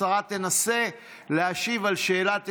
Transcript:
השרה תנסה להשיב על שאלת המשך,